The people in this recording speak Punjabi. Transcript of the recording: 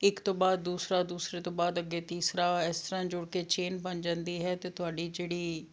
ਇੱਕ ਤੋਂ ਬਾਅਦ ਦੂਸਰਾ ਦੂਸਰੇ ਤੋਂ ਬਾਅਦ ਅੱਗੇ ਤੀਸਰਾ ਇਸ ਤਰ੍ਹਾਂ ਜੁੜ ਕੇ ਚੇਨ ਬਣ ਜਾਂਦੀ ਹੈ ਅਤੇ ਤੁਹਾਡੀ ਜਿਹੜੀ